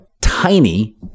Tiny